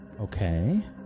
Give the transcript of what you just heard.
Okay